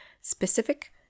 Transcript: specific